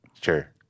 Sure